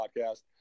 podcast